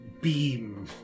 beam